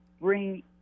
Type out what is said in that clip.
bring